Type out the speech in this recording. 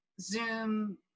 zoom